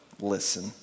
listen